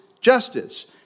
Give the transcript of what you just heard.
justice